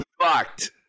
fucked